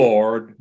Lord